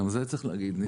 גם זה צריך להגיד.